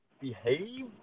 behave